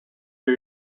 new